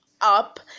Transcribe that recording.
up